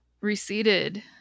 receded